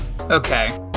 Okay